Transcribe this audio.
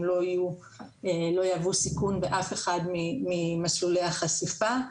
לא יהוו סיכון באף אחד ממסלולי החשיפה.